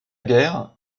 guerre